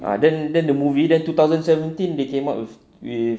ah then the movie then two thousand seventeen they came out with with